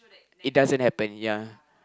it doesn't happened ya